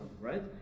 right